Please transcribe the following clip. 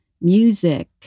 music